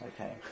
okay